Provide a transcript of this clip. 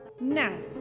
Now